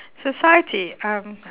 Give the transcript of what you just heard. society um